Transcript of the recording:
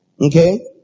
okay